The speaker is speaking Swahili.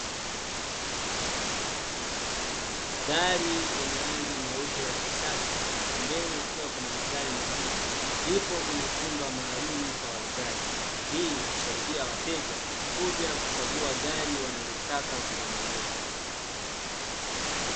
Gari lenye rangi nyeupe la kisasa, pembeni kukiwa kuna magari mengine, lipo kwenye chumba maalummu cha wauzaji . Hii husaidia wateja , kuja kuchagua gari wanalolitaka kulinunua.